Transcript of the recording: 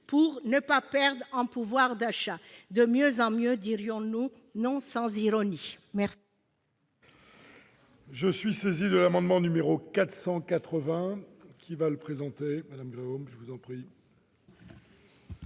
pour ne pas perdre en pouvoir d'achat ». De mieux en mieux, dirions-nous, non sans ironie ...